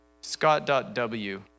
Scott.w